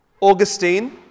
Augustine